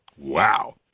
wow